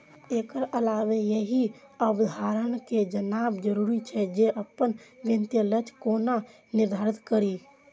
एकर अलावे एहि अवधारणा कें जानब जरूरी छै, जे अपन वित्तीय लक्ष्य कोना निर्धारित करी